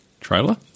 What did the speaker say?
Trailer